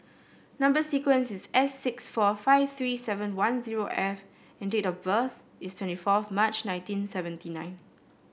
number sequence is S six four five three seven one zero F and date of birth is twenty fourth March nineteen seventy nine